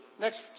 next